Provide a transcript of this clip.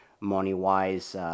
money-wise